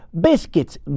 biscuits